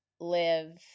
live